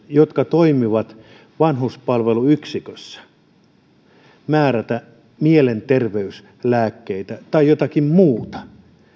jotka toimivat vanhuspalveluyksikössä mahdollisuus määrätä mielenterveyslääkkeitä tai jotakin muuta